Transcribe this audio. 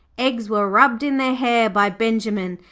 eggs were rubbed in their hair by benjimen,